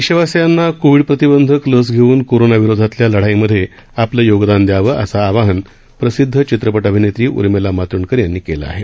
देशवासीयांनी कोविड प्रतिबंधक लस घेऊन कोरोना विरोधातल्या लढाईमध्ये आपलं योगदान द्यावं असं आवाहन प्रसिद्ध चित्रपट अभिनेत्री उर्मिला मातोंडकर यांनी केलं आहे